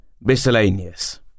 Miscellaneous